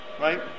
Right